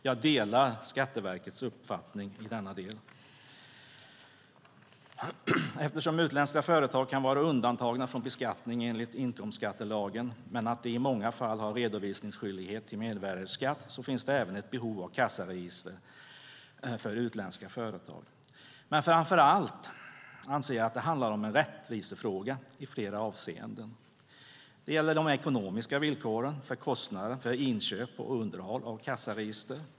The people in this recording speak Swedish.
Jag delar Skatteverkets uppfattning i denna del. Eftersom utländska företag kan vara undantagna från beskattning enligt inkomstskattelagen men i många fall har redovisningsskyldighet för mervärdesskatt finns det även ett behov av kassaregister för utländska företag. Framför allt anser jag dock att det handlar om en rättvisefråga, i flera avseenden. Det gäller de ekonomiska villkoren för kostnader för inköp och underhåll av kassaregister.